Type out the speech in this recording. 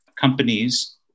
companies